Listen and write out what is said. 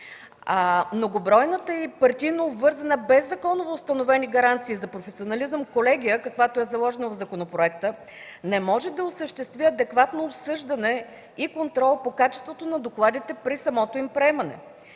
Многобройната и партийна обвързаност без законово установени гаранции за професионализъм – колегия, каквато е заложена в законопроекта, не може да осъществи адекватно обсъждане и контрол по качеството на докладите при самото им приемане.